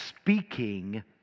speaking